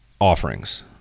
offerings